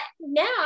now